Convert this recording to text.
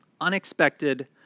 Unexpected